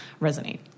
resonate